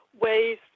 ways